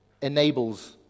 enables